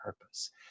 purpose